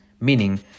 meaning